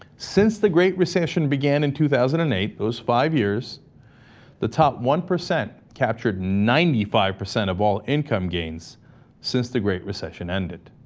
since the great recession began in two thousand and eight those five years the top one percent captured ninety-five percent of all income gains since the great recession ended